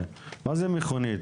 מה זה מכונית?